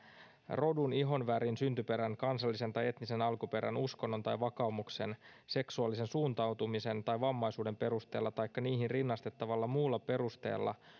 rodun ihonvärin syntyperän kansallisen tai etnisen alkuperän uskonnon tai vakaumuksen seksuaalisen suuntautumisen tai vammaisuuden perusteella taikka niihin rinnastettavalla muulla perusteella